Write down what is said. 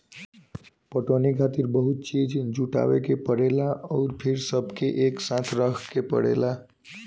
पटवनी खातिर बहुते चीज़ जुटावे के परेला अउर फिर सबके एकसाथे रखे के पड़ेला